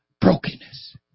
Brokenness